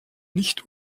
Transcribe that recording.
nicht